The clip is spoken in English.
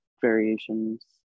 variations